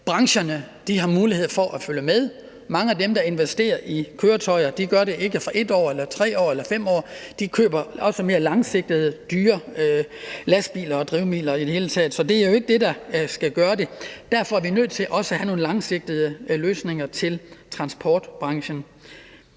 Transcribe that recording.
brancherne har mulighed for at følge med. Mange af dem, der investerer i køretøjer, gør det ikke kun for 1 år, 3 år eller 5 år, de køber mere langsigtet, dyre lastbiler og drivmidler i det hele taget. Så det er jo ikke det, der skal gøre det. Derfor er vi nødt til også at have nogle langsigtede løsninger til transportbranchen.